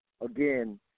again